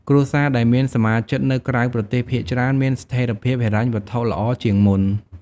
គ្រួសារដែលមានសមាជិកនៅក្រៅប្រទេសភាគច្រើនមានស្ថេរភាពហិរញ្ញវត្ថុល្អជាងមុន។